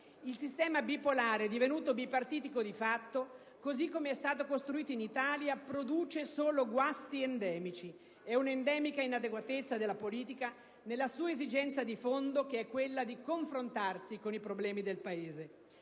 Il sistema bipolare, divenuto bipartitico di fatto, così come costruito in Italia produce solo guasti endemici ed un'endemica inadeguatezza della politica nella sua esigenza di fondo che è quella di confrontarsi con i problemi del Paese.